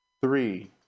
Three